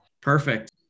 Perfect